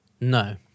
No